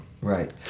Right